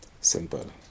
simple